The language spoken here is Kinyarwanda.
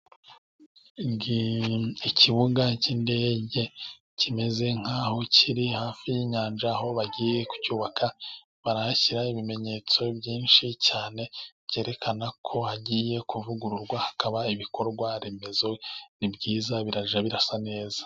Ikibuga c'yindege kimeze nk'aho kiri hafi y'inyanja, aho bagiye kucyubaka barahashyira ibimenyetso byinshi cyane, byerekana ko hagiye kuvugururwa hakaba ibikorwa remezo. Ni byiza birajya bisa neza.